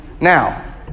Now